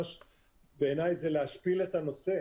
בעיניי זה להשפיל את הנושא.